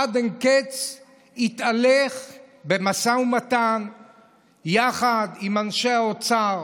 עד אין-קץ התהלך במשא ומתן יחד עם אנשי האוצר